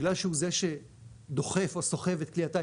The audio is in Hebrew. בגלל שהוא זה שדוחף או סוחב את כלי הטייס